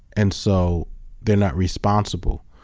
and so they're not responsible.